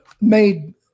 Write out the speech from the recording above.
made